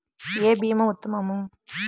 ఏ భీమా ఉత్తమము?